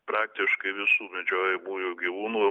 praktiškai visų medžiojamųjų gyvūnų